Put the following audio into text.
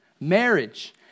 Marriage